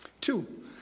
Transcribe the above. Two